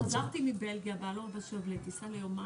טסתי לבלגיה ליומיים.